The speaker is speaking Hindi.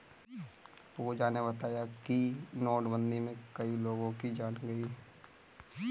पूजा ने बताया कि नोटबंदी में कई लोगों की जान गई